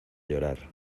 llorar